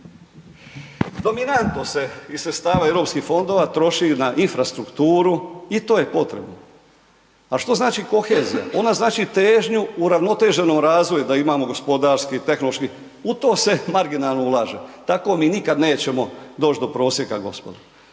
Dominantno se iz sredstava EU fondova troši na infrastrukturu i to je potrebno. A što znači kohezija? Ona znači težnju uravnoteženom razvoju, da imamo gospodarski, tehnološki, u to se marginalno ulaže. Tako mi nikad nećemo doći do prosjeka, gospodo.